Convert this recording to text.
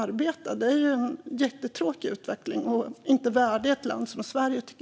Detta är en jättetråkig utveckling som inte är värdig ett land som Sverige.